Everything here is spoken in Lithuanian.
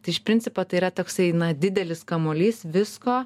tai iš principo tai yra toksai na didelis kamuolys visko